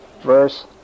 Verse